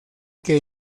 que